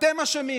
אתם אשמים.